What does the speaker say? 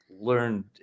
learned